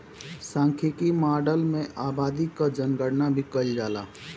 सांख्यिकी माडल में आबादी कअ जनगणना भी कईल जाला